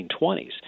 1920s